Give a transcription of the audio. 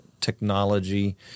technology